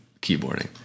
keyboarding